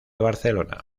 barcelona